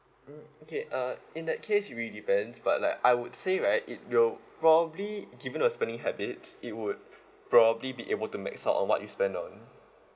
mm okay uh in that case maybe depends but like I would say right it will probably given your spending habits it would probably be able to max out on what you spend on